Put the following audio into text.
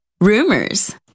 rumors